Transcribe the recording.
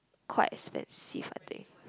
quite expensive I think